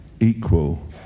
equal